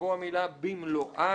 תבוא המילה "במלואן".